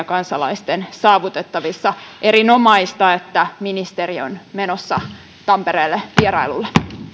kansalaisten saavutettavissa erinomaista että ministeri on menossa tampereelle vierailulle